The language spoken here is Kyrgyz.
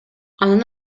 анын